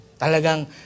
talagang